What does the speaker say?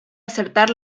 acertar